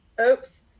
Oops